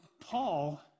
Paul